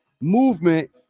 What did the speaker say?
movement